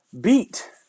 beat